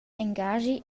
engaschi